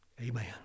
Amen